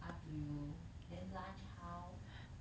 up to you then lunch how